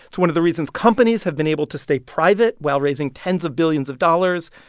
it's one of the reasons companies have been able to stay private while raising tens of billions of dollars.